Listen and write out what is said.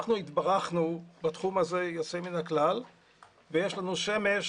אנחנו התברכנו בתחום הזה באופן יוצא מן הכלל ויש לנו שמש